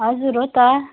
हजुर हो त